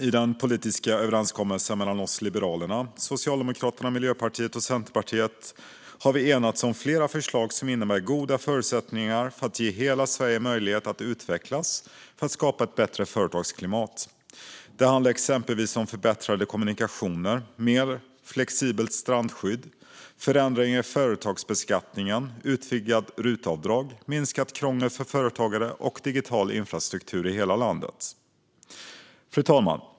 I den politiska överenskommelsen mellan oss i Liberalerna, Socialdemokraterna, Miljöpartiet och Centerpartiet har vi enats om flera förslag som innebär goda förutsättningar för att ge hela Sverige möjlighet att utvecklas och för att skapa ett bättre företagsklimat. Det handlar exempelvis om förbättrade kommunikationer, mer flexibelt strandskydd, förändringar i företagsbeskattningen, utvidgat RUT-avdrag, minskat krångel för företagare och digital infrastruktur i hela landet. Fru talman!